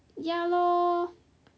ya lor